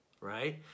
right